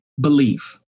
Belief